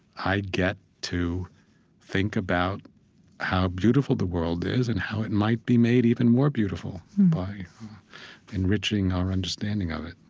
i get to think about how beautiful beautiful the world is and how it might be made even more beautiful by enriching our understanding of it.